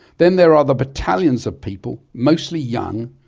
then there are the battalions of people, mostly young,